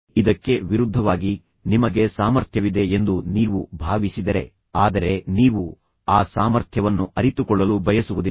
ಇದಕ್ಕೆ ವಿರುದ್ಧವಾಗಿ ನಿಮಗೆ ಸಾಮರ್ಥ್ಯವಿದೆ ಎಂದು ನೀವು ಭಾವಿಸಿದರೆ ಆದರೆ ನೀವು ಆ ಸಾಮರ್ಥ್ಯವನ್ನು ಅರಿತುಕೊಳ್ಳಲು ಬಯಸುವುದಿಲ್ಲ